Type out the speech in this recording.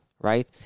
right